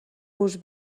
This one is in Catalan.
gust